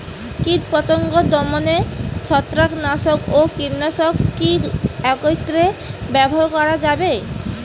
কীটপতঙ্গ দমনে ছত্রাকনাশক ও কীটনাশক কী একত্রে ব্যবহার করা যাবে?